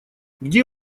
где